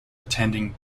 attending